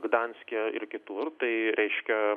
gdanske ir kitur tai reiškia